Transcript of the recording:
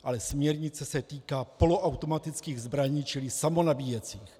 Ale směrnice se týká poloautomatických zbraní, čili samonabíjecích.